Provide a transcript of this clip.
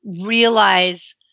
realize